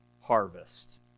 harvest